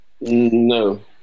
No